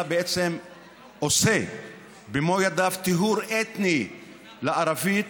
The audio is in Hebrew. בעצם עושה במו ידיו טיהור אתני לערבית,